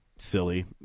silly